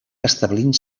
establint